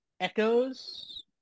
Echoes